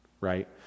Right